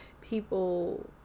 people